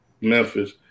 Memphis